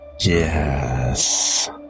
Yes